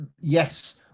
yes